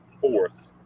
fourth